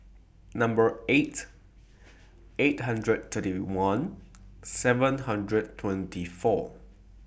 Number eight eight hundred thirty one seven hundred twenty four